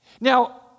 Now